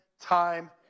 time